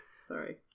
Sorry